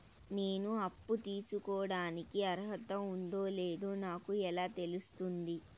నేను అప్పు తీసుకోడానికి అర్హత ఉందో లేదో నాకు ఎలా తెలుస్తుంది?